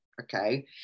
okay